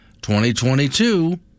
2022